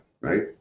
Right